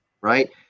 right